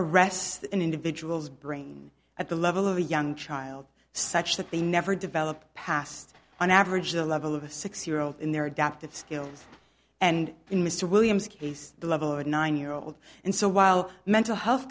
arrests an individual's brain at the level of a young child such that they never develop past on average the level of a six year old in their adaptive skills and in mr williams case the level of a nine year old and so while mental health